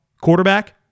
quarterback